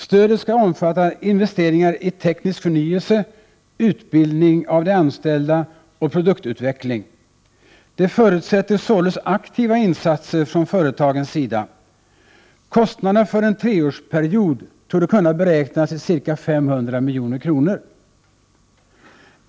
Stödet skall omfatta investeringar i teknisk förnyelse, utbildning av de anställda och produktutveckling. Det förutsätter således aktiva insatser från företagens sida. Kostnaderna för en treårsperiod torde kunna beräknas till ca 500 milj.kr.